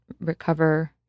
recover